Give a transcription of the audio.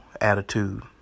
attitude